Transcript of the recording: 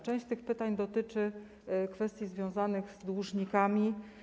Część tych pytań dotyczy kwestii związanych z dłużnikami.